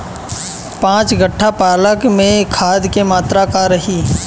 पाँच कट्ठा पालक में खाद के मात्रा का रही?